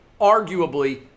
Arguably